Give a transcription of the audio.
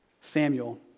Samuel